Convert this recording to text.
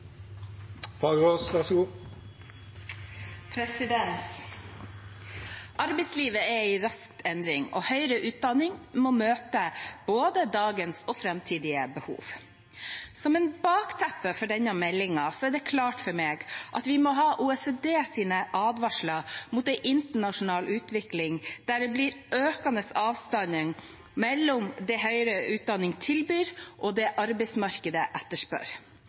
høyere utdanning må møte både dagens og framtidige behov. Som bakteppe for denne meldingen er det klart for meg at vi må ha OECDs advarsler mot en internasjonal utvikling der det blir økende avstand mellom det høyere utdanning tilbyr, og det arbeidsmarkedet etterspør.